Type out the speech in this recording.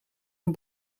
een